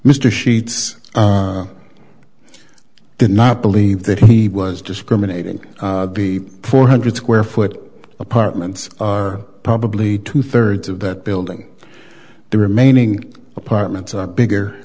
mr sheets did not believe that he was discriminating the four hundred square foot apartments are probably two thirds of that building the remaining apartments are bigger